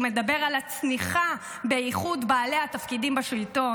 הוא מדבר על הצניחה באיכות בעלי התפקידים בשלטון,